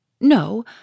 No